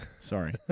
Sorry